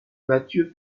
mathieu